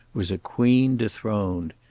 was a queen dethroned.